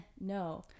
no